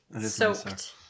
soaked